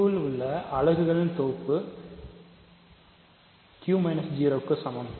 Q இல் உள்ள அலகுகளின் தொகுப்பு Q 0 க்கு சமம்